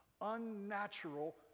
unnatural